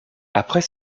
après